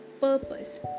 purpose